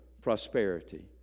prosperity